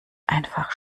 einfach